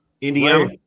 Indiana